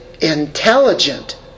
intelligent